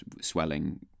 swelling